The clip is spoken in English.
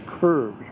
curve